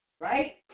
right